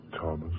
Thomas